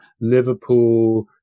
Liverpool